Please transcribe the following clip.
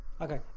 Okay